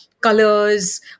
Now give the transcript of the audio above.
colors